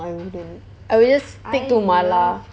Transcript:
I won't get it I will just stick to mala